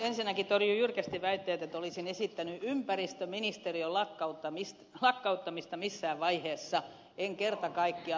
ensinnäkin torjun jyrkästi väitteet että olisin esittänyt ympäristöministeriön lakkauttamista missään vaiheessa en kerta kaikkiaan